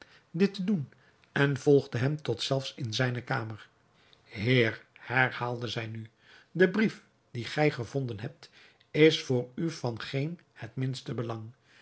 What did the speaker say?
dit te doen en volgde hem tot zelfs in zijne kamer heer herhaalde zij nu de brief dien gij gevonden hebt is voor u van geen het minste belang